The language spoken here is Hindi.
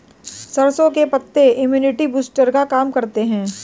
सरसों के पत्ते इम्युनिटी बूस्टर का काम करते है